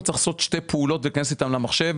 צריך לעשות שתי פעולות ולהיכנס איתן למחשב.